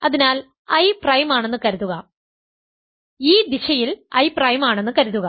അതിനാൽ I പ്രൈമാണെന്ന് കരുതുക അതിനാൽ ഈ ദിശയിൽ I പ്രൈമാണെന്ന് കരുതുക